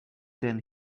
than